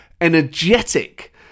energetic